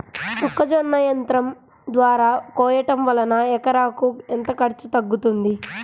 మొక్కజొన్న యంత్రం ద్వారా కోయటం వలన ఎకరాకు ఎంత ఖర్చు తగ్గుతుంది?